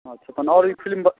अच्छा तहन आओर ई फिलिम